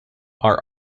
are